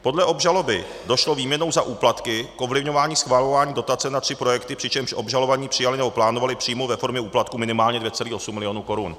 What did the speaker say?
Podle obžaloby došlo výměnou za úplatky k ovlivňování schvalování dotace na tři projekty, přičemž obžalovaní přijali nebo plánovali přijmout ve formě úplatky minimálně 2,8 mil. korun.